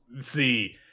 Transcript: See